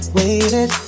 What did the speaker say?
waited